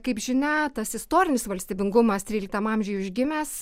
kaip žinia tas istorinis valstybingumas tryliktam amžiuj užgimęs